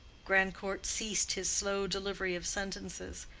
grandcourt ceased his slow delivery of sentences.